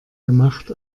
gemacht